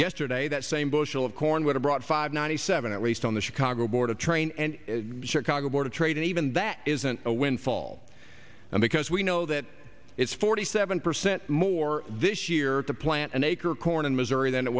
yesterday that same bushel of corn would have brought five ninety seven at least on the chicago board of train and chicago board of trade and even that isn't a windfall now because we know that it's forty seven percent more this year to plant an acre corn in missouri than it